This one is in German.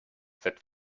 seit